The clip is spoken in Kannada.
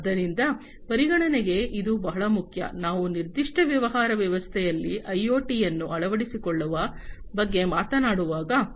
ಆದ್ದರಿಂದ ಪರಿಗಣನೆಗೆ ಇದು ಬಹಳ ಮುಖ್ಯ ನಾವು ನಿರ್ದಿಷ್ಟ ವ್ಯವಹಾರ ವ್ಯವಸ್ಥೆಯಲ್ಲಿ ಐಒಟಿಯನ್ನು ಅಳವಡಿಸಿಕೊಳ್ಳುವ ಬಗ್ಗೆ ಮಾತನಾಡುವಾಗ